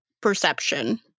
perception